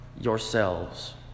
yourselves